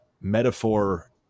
metaphor